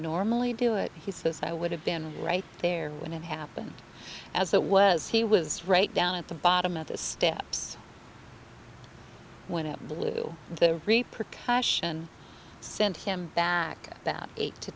normally do it he says i would have been right there when it happened as it was he was right down at the bottom of the steps when it blew the repercussion sent him back that eight to